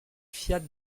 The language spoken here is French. fiat